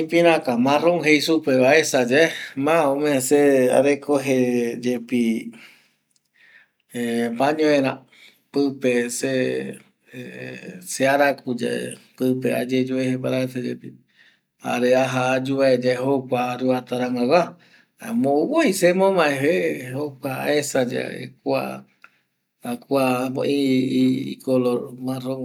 ipiraka marron jeisupe aesa yave ma ome se arekoje yepi pañuera pupe se arakuye pupe ayuvae yavi jaema jokua aroguata rangagua, jaema oime voi se mo mae jokua esa ye kua y color marron va.